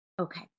Okay